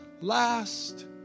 last